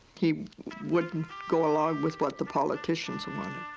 he wouldn't go along with what the politicians um um